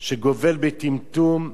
שגובלת בטמטום,